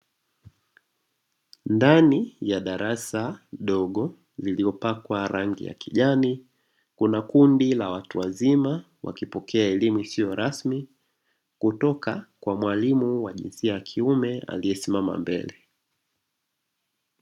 Ndani ya darasa dogo lililopakwa rangi ya kijani kuna kundi la watu wazima wakipokea elimu isiyorasmi kutoka kwa mwalimu wa jinsia ya kiume aliyesimama mbele.